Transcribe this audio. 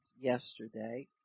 yesterday